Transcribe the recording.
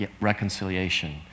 reconciliation